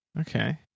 Okay